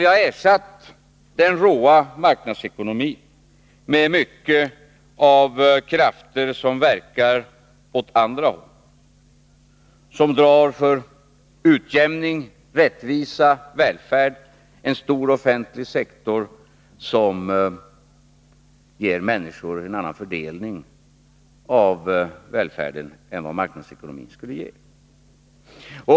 Vi har ersatt den råa marknadsekonomin med mycket av krafter som verkar åt andra håll, som verkar för utjämning, rättvisa, välfärd och en stor offentlig sektor och som ger människor en annan fördelning av välfärden än vad marknadsekonomin skulle ge.